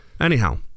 Anyhow